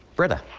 britta?